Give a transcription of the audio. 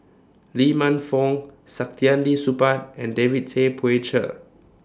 Lee Man Fong Saktiandi Supaat and David Tay Poey Cher